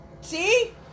See